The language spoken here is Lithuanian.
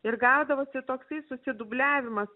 ir gaudavosi toksai susidubliavimas